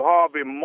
Harvey